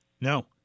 No